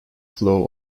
flow